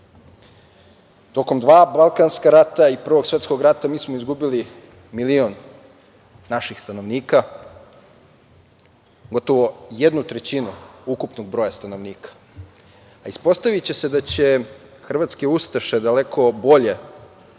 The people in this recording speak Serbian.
Ibru. Tokom dva Balkanska rata i Prvog svetskog rata mi smo izgubili milion naših stanovnika, gotovo jednu trećinu ukupnog broja stanovnika, a ispostaviće se da će hrvatske ustaše daleko bolje